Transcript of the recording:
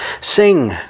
Sing